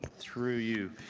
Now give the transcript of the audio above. through you,